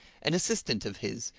an assistant of his,